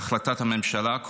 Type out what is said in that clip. הממשלה,